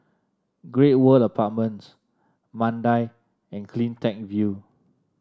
Great World Apartments Mandai and CleanTech View